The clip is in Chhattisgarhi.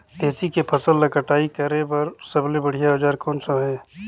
तेसी के फसल ला कटाई करे बार सबले बढ़िया औजार कोन सा हे?